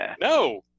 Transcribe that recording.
No